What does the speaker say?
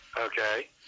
Okay